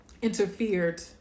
interfered